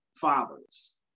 fathers